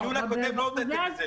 בדיון הקודם לא הודיתם בזה.